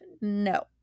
No